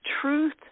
truth